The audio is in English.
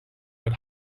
but